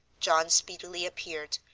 john speedily appeared,